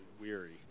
weary